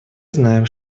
знаем